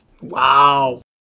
Wow